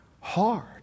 hard